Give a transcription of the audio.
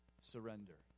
surrender